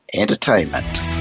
entertainment